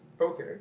Okay